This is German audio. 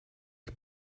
ich